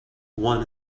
one